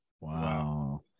Wow